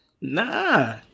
nah